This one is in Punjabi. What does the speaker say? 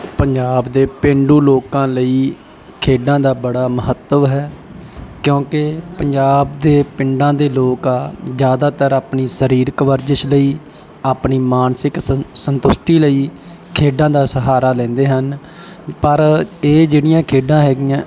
ਪੰਜਾਬ ਦੇ ਪੇਂਡੂ ਲੋਕਾਂ ਲਈ ਖੇਡਾਂ ਦਾ ਬੜਾ ਮਹੱਤਵ ਹੈ ਕਿਉਂਕਿ ਪੰਜਾਬ ਦੇ ਪਿੰਡਾਂ ਦੇ ਲੋਕ ਆ ਜ਼ਿਆਦਾਤਰ ਆਪਣੀ ਸਰੀਰਕ ਵਰਜਿਸ਼ ਲਈ ਆਪਣੀ ਮਾਨਸਿਕ ਸੰ ਸੰਤੁਸ਼ਟੀ ਲਈ ਖੇਡਾਂ ਦਾ ਸਹਾਰਾ ਲੈਂਦੇ ਹਨ ਪਰ ਇਹ ਜਿਹੜੀਆਂ ਖੇਡਾਂ ਹੈਗੀਆਂ